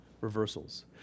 reversals